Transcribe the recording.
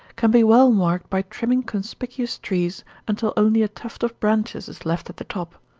can be well marked by trimming conspicuous trees until only a tuft of branches is left at the top.